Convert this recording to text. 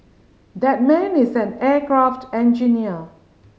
that man is an aircraft engineer